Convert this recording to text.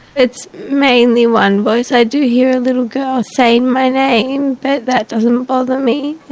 it's mainly one voice. i do hear a little girl saying my name, but that doesn't bother me,